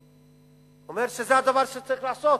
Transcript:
הוא יאמר שזה הדבר שצריך לעשות.